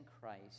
Christ